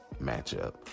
matchup